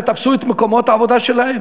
ותפסו את מקומות העבודה שלהם.